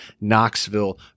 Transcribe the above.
Knoxville